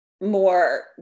more